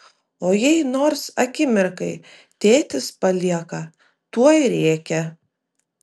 o jei nors akimirkai tėtis palieka tuoj rėkia